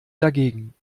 dagegen